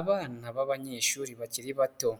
Abana b'abanyeshuri bakiri bato,